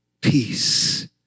Peace